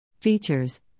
Features